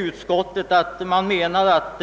Utskottet anför att